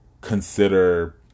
consider